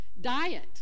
Diet